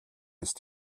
ist